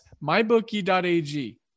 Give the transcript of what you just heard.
mybookie.ag